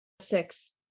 Six